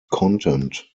content